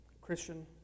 Christian